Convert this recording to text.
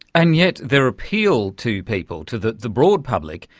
and yet their appeal to people, to the the broad public,